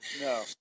No